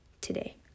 today